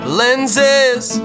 lenses